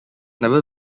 never